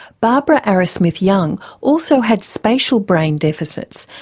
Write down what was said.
barbara arrowsmith-young also had spatial brain deficits,